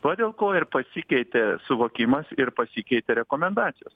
va dėl ko ir pasikeitė suvokimas ir pasikeitė rekomendacijos